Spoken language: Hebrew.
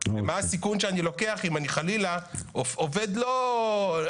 ומה הסיכון שאני לוקח אם אני חלילה עובד לא טוב.